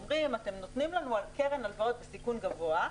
שהם אומרים: אתם נותנים לנו על קרן הלוואות בסיכון גבוה,